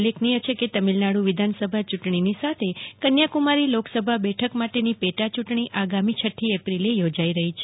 ઉલ્લેખનીથ છે કે તમિલનાડ વિધાનસભા યૂંટણીનીસાથે કન્યાકુમારી લોકસભા બેઠક માટેની પેટાચૂંટણી આગામી છઠ્ઠી એપ્રિલે યોજાઈ રહી છે